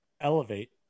Elevate